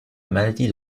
maladie